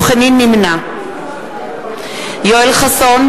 נמנע יואל חסון,